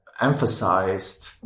emphasized